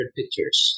pictures